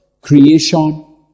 creation